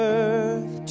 earth